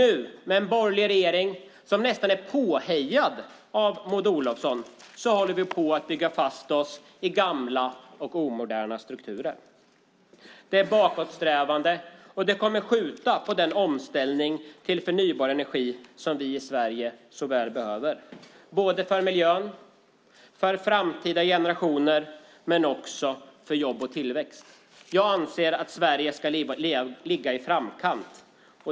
Nu, med en borgerlig regering som nästan är påhejad av Maud Olofsson, håller vi på att bygga fast oss i gamla och omoderna strukturer. Detta är bakåtsträvande, och det kommer att skjuta på den omställning till förnybar energi som vi i Sverige så väl behöver både för miljön och framtida generationer och för jobb och tillväxt. Jag anser att Sverige ska ligga i framkanten.